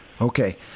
Okay